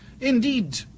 Indeed